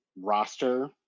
roster